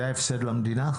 זה ההפסד למדינה?